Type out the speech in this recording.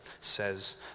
says